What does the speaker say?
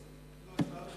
בסדר.